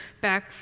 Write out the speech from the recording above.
back